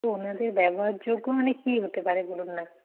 তো ওনাদের ব্যবহারযোগ্য মানে কী হতে পারে বলুন না